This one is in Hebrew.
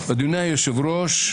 אדוני היושב-ראש,